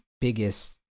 biggest